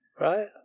Right